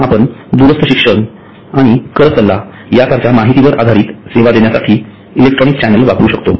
आपण दूरस्थ शिक्षण आणि कर सल्ला यासारख्या माहितीवर आधारित सेवा देण्यासाठी इलेक्ट्रॉनिक चॅनेल वापरू शकतो